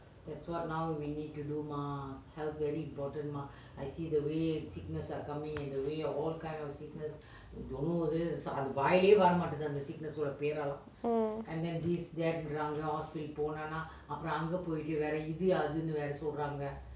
mm